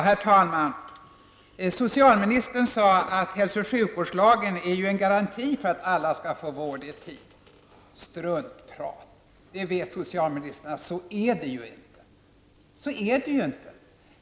Herr talman! Socialministern sade att hälso och sjukvårdslagen är en garanti för att alla skall få vård i tid. Struntprat, socialministern vet att det inte är så.